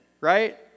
right